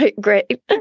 great